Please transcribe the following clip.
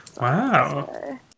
Wow